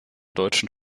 deutschen